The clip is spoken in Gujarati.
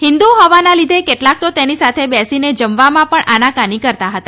હિન્દ હોવાના લીઘે કેટલાંક તો તેની સાથે બેસીને જમવામાં પણ આનાકાની કરતાં હતા